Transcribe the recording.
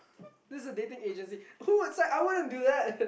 this is a dating agency who would it's like I wouldn't do that